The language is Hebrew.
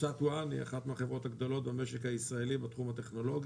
קבוצת וואן היא אחת מהחברות הגדולות במשק הישראלי בתחום הטכנולוגי,